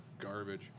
garbage